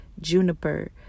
juniper